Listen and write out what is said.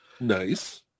Nice